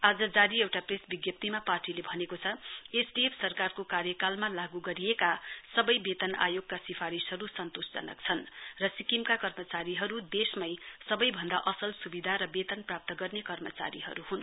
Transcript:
आज जारी एउटा प्रेस विज्ञप्तीमा पार्टीले भनेको छ एसडिएफ सरकारको कार्यकालमा लागू गरिएका सवै वेतन आयोगका सिफारिशहरु सन्तोषजनक छन् तर सिक्किमका कर्मचारिहरु देशमै सवैभन्दा असल स्विधा र वेतन प्राप्त गर्ने कर्मचारीहरु हुन्